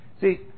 See